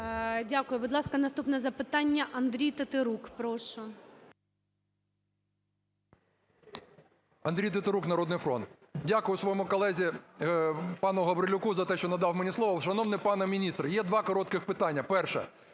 Дякую. Будь ласка, наступне запитання - Андрій Тетерук. Прошу. 20:01:56 ТЕТЕРУК А.А. Андрій Тетерук, "Народний фронт". Дякую своєму колезі пану Гаврилюку за те, що надав мені слово. Шановний пане міністр, є два коротких питання. Перше.